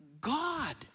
God